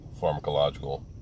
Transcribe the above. pharmacological